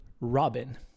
Robin